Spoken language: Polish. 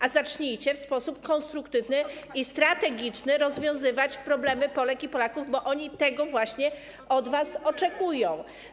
a zacznijcie w sposób konstruktywny i strategiczny rozwiązywać problemy Polek i Polaków, bo oni tego właśnie od was oczekują.